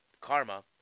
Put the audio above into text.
Karma